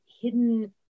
hidden